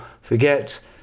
forget